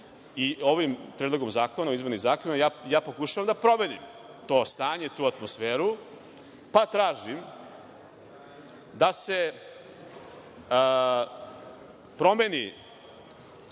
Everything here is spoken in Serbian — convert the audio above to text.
i ovim predlogom zakona o izmeni zakona, u stvari ja pokušavam da promenim to stanje i tu atmosferu, pa tražim da se promeni